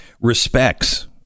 respects